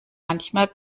manchmal